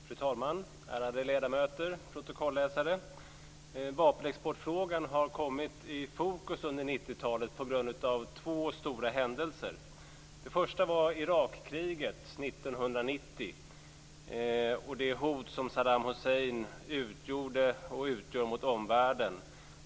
Fru talman! Ärade ledamöter och protokollsläsare! Vapenexportfrågan har kommit i fokus under 90 talet på grund av två stora händelser. Den första var Irakkriget 1990 och det hot som Saddam Hussein utgjorde och utgör mot omvärlden.